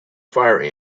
fire